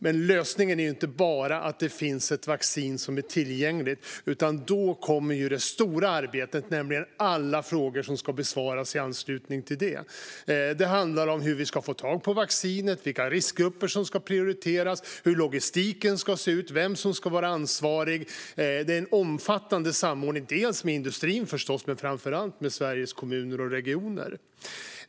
Men lösningen är inte bara att det finns ett vaccin som är tillgängligt, utan då kommer det stora arbetet, nämligen alla frågor som ska besvaras i anslutning till detta. Det handlar om hur vi ska få tag på vaccinet, vilka riskgrupper som ska prioriteras, hur logistiken ska se ut och vem som ska vara ansvarig. Det kräver en omfattande samordning med industrin förstås men framför allt med Sveriges kommuner och regioner.